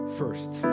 first